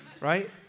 right